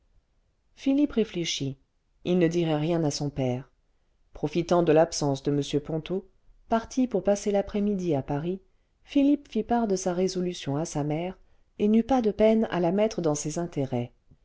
philippe réfléchit il ne dirait rien à son père profitant de l'absence de m ponto parti pour passer l'après-midi à paris philippe fit part de sa résolution à sa mère et n'eut pas de peine à la mettre dans ses intérêts